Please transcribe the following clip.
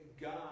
God